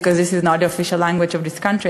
because it is not the official language of this country,